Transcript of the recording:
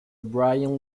bryan